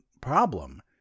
problem